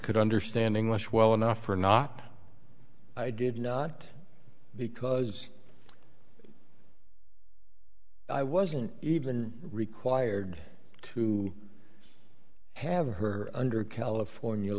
could understand english well enough or not i did not because i wasn't even required to have her under california